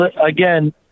Again